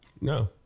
no